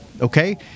Okay